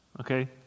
okay